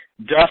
Dust